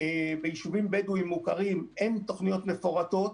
בשכונות ביישובים בדואיים מוכרים אין תוכניות מפורטות,